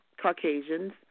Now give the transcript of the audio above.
Caucasians